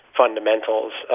fundamentals